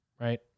right